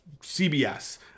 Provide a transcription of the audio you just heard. CBS